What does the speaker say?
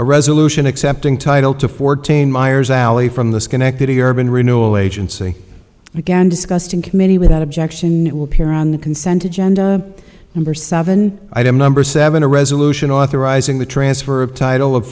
resolution accepting title to fourteen myers alley from the schenectady urban renewal agency began discussed in committee without objection it will appear on the consent agenda number seven item number seven a resolution authorizing the transfer of title of